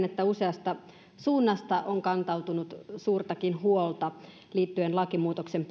että useasta suunnasta on kantautunut suurtakin huolta liittyen lakimuutoksen